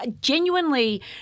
genuinely